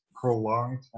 prolonged